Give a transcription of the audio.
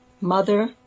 mother